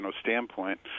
standpoint